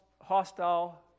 hostile